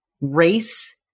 race